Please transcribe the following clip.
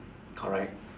correct